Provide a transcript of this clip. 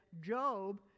Job